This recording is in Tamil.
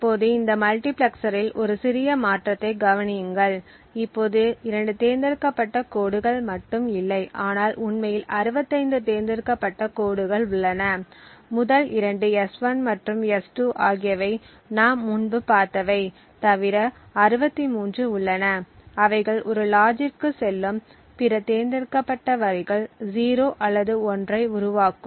இப்போது இந்த மல்டிபிளெக்சரில் ஒரு சிறிய மாற்றத்தைக் கவனியுங்கள் இப்போது இரண்டு தேர்ந்தெடுக்கப்பட்ட கோடுகள் மட்டும் இல்லை ஆனால் உண்மையில் 65 தேர்ந்தெடுக்கப்பட்ட கோடுகள் உள்ளன முதல் இரண்டு S1 மற்றும் S2 ஆகியவை நாம் முன்பு பார்த்தவை தவிர 63 உள்ளன அவைகள் ஒரு லாஜிற்குச் செல்லும் பிற தேர்ந்தெடுக்கப்பட்ட வரிகள் 0 அல்லது 1 ஐ உருவாக்கும்